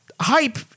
hype